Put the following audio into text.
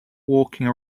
walking